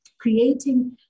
creating